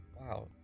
Wow